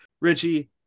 Richie